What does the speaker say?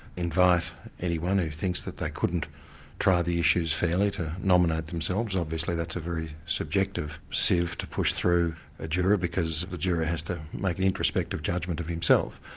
invite anyone who thinks that they couldn't try the issues fairly, to nominate themselves. obviously that's a very subjective sieve to push through a juror, because the juror has to make an introspective judgment of himself.